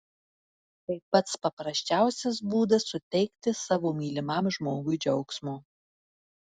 tai pats paprasčiausias būdas suteikti savo mylimam žmogui džiaugsmo